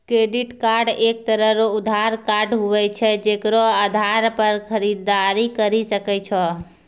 credit card एक तरह रो उधार कार्ड हुवै छै जेकरो आधार पर खरीददारी करि सकै छो